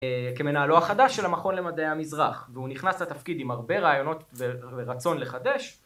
כמנהלו החדש של המכון למדעי המזרח והוא נכנס לתפקיד עם הרבה רעיונות ורצון לחדש